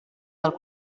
del